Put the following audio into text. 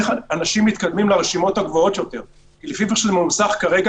איך אנשים מתקדמים לרשימות הגבוהות יותר כי לפי מה שמנוסח כרגע,